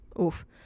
Oof